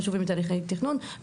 חשובים מתהליכי תכנון.